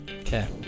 Okay